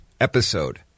episode